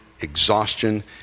exhaustion